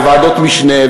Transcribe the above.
וועדות משנה,